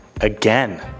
Again